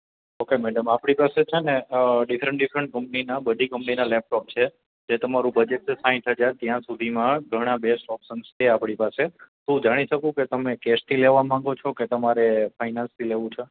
okay madam આપણી પાસે છે ને ડિફરન્ટ ડિફરન્ટ કંપીનીના બધી કંપનીના લેપટોપ છે જે તમારું બજેટ છે સાહેઠ હજાર ત્યાં સુધીમાં ઘણા બેસ્ટ ઓપસન્સ છે આપણી પાસે હું જાણી શકું કે તમે કેશથી લેવા માંગો છો કે તમારે ફાઈનાન્સથી લેવું છે